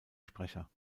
sprecher